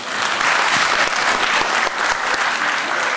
(מחיאות כפיים)